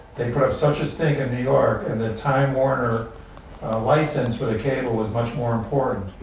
they put up such a stink in new york and then time-warner license where the cable was much more important.